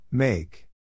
Make